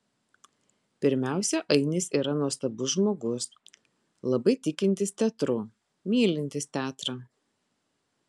pirmiausia ainis yra nuostabus žmogus labai tikintis teatru mylintis teatrą